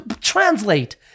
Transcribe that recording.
Translate